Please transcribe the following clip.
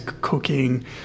cooking